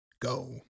Go